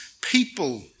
people